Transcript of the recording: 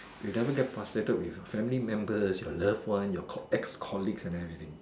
you never get frustrated with your family members your loved ones your ex you ex colleges and everything